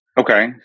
Okay